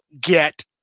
get –